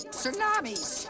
tsunamis